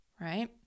right